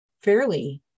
fairly